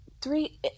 Three